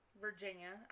Virginia